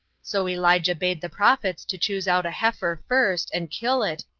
so elijah bade the prophets to choose out a heifer first, and kill it,